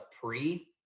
pre